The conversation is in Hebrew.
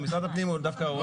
משרד הפנים דווקא קיים.